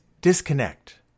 disconnect